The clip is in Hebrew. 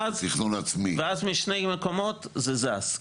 ואז משני מקומות זה זז,